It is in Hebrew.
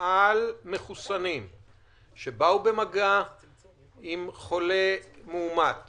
על מחוסנים שבאו במגע עם חולה מאומת